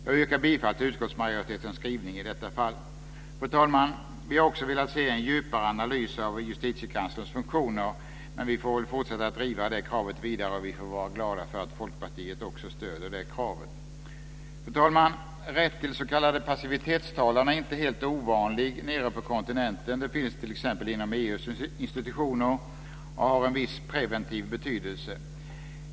Jag yrkar bifall till utskottsmajoritetens skrivning i detta fall. Fru talman! Vi har också velat se en djupare analys av justitiekanslerns funktioner. Men vi får väl fortsätta att driva det kravet vidare. Vi får vara glada för att Folkpartiet också stöder det kravet. Fru talman! Rätt till s.k. passivitetstalan är inte helt ovanlig nere på kontinenten. Den finns t.ex. inom EU:s institutioner och har en viss preventiv betydelse.